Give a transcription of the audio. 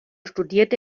studierte